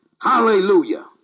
Hallelujah